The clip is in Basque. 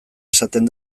esaten